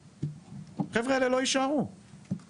החבר'ה האלה לא יישארו לשנה הבאה.